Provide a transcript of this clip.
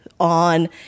on